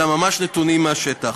אלא ממש נתונים מהשטח.